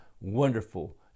wonderful